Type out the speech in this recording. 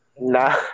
nah